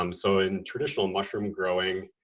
um so in traditional mushroom growing,